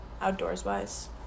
outdoors-wise